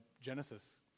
Genesis